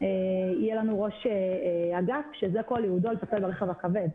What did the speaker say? יהיה לנו ראש אגף שזה כל ייעודו, לטפל ברכב הכבד.